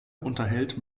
unterhält